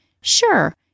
Sure